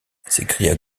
s’écria